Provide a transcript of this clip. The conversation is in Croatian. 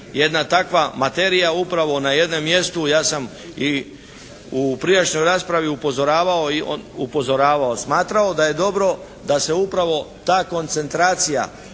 jedna takva materija upravo na jednom mjestu. Ja sam i u prijašnjoj raspravi upozoravao, smatrao da je dobro da se upravo ta koncentracija,